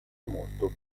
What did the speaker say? molto